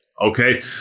okay